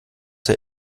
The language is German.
der